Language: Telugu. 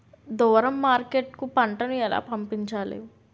దూరం మార్కెట్ కు పంట ను ఎలా పంపించాలి?